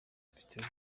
mfite